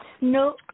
No